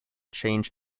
change